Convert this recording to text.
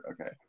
Okay